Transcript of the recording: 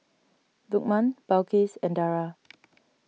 Lukman Balqis and Dara